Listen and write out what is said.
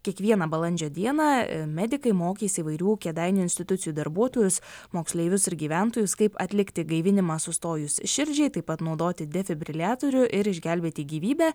kiekvieną balandžio dieną medikai mokys įvairių kėdainių institucijų darbuotojus moksleivius ir gyventojus kaip atlikti gaivinimą sustojus širdžiai taip pat naudoti defibriliatorių ir išgelbėti gyvybę